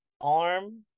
arm